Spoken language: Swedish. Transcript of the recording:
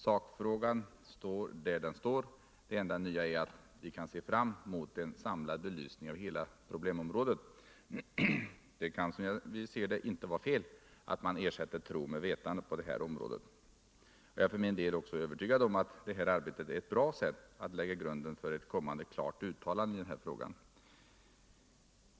Sakfrågan står där den står — det enda nya är att vi kan se fram mot en samlad belysning av hela problemområdet. Det kan som jag ser det inte vara fel att ersätta tro med vetande på det här området. Jag är för min del också övertygad om att det här arbetet är ett bra sätt att lägga grunden för ett kommande klart uttalande i den här frågan.